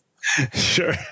Sure